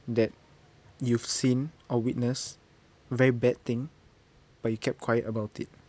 that you've seen or witnessed very bad thing but you kept quiet about it